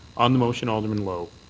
on the motion, alderman lowe.